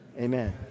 Amen